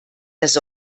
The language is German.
das